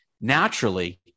naturally